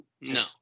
no